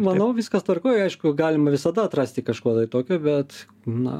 manau viskas tvarkoj aišku galima visada atrasti kažko tokio bet na